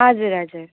हजुर हजुर